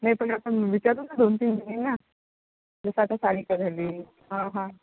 नाही पण आपण विचारू ना दोन तीन जणींना जसं आता सानिका झाली हां